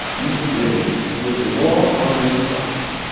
um mr. gregg, with the law on your side